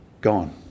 gone